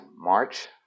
March